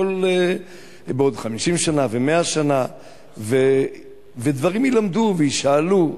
והכול בעוד 50 שנה ו-100 שנה דברים יילמדו ויישאלו.